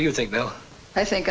do you think no i think